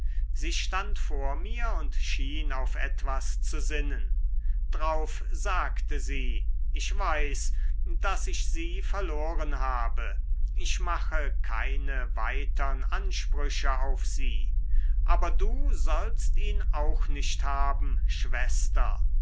sie stand vor mir und schien auf etwas zu sinnen drauf sagte sie ich weiß daß ich sie verloren habe ich mache keine weitern ansprüche auf sie aber du sollst ihn auch nicht haben schwester